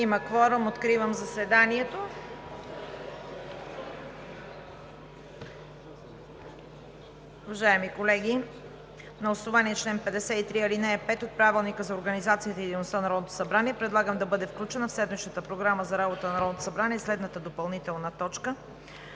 Има кворум. Откривам заседанието. Уважаеми колеги, на основание чл. 53, ал. 5 от Правилника за организацията и дейността на Народното събрание предлагам да бъде включена в седмичната Програма за работа на Народното събрание следната допълнителна точка: